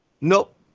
Nope